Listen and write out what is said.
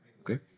okay